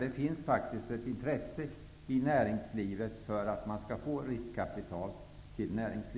Det finns däremot intresse i näringslivet att få riskkapital.